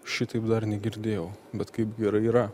šitaip dar negirdėjau bet kaip gerai yra